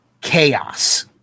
chaos